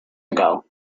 ago